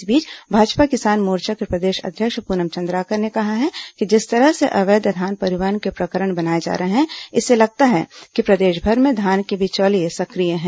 इस बीच भाजपा किसान मोर्चा के प्रदेश अध्यक्ष प्रनम चंद्राकर ने कहा है कि जिस तरह से अवैध धान परिहवन के प्रकरण बनाए जा रहे हैं इससे लगता है कि प्रदेशभर में धान के बिचौलिये सक्रिय हैं